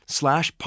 slash